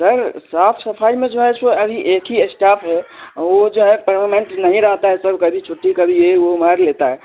sir साफ सफाई में जो है सो अभी एक ही स्टाफ है वो जो है परमामेंट नहीं रहता है सर कभी छुट्टी कभी ये वो मार लेता है